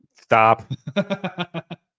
Stop